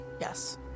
yes